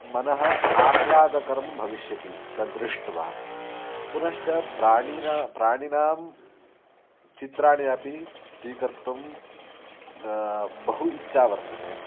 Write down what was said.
मनः आह्लादकरं भविष्यति तद्दृष्ट्वा पुनश्च प्राणिनां प्राणिनां चित्राणि अपि स्वीकर्तुं बहु इच्छा वर्तते